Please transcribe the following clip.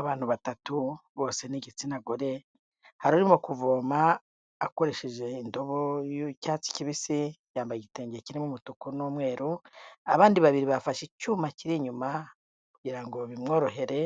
Abantu batatu, bose ni igitsina gore, hari urimo kuvoma akoresheje indobo y'icyatsi kibisi, yambaye igitenge kirimo umutuku n'umweru, abandi babiri bafashe icyuma kiri inyuma kugira ngo bimworohere,